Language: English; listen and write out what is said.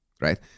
right